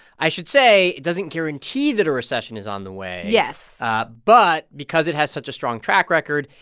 i should say it doesn't guarantee that a recession is on the way yes but because it has such a strong track record,